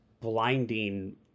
blinding